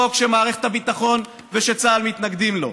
חוק שמערכת הביטחון וצה"ל מתנגדים לו,